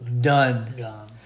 done